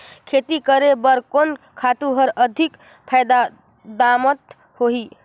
खेती करे बर कोन खातु हर अधिक फायदामंद होही?